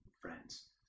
friends